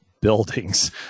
buildings